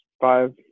five